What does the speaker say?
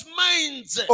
minds